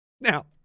Now